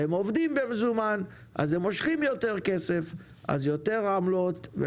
והם עובדים במזומן אז הם מושכים יותר כסף ומשלמים יותר עמלות.